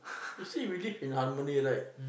you see we live in harmony right